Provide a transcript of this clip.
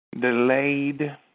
Delayed